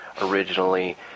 originally